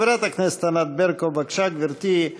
חברת הכנסת ענת ברקו, בבקשה, גברתי.